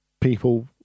people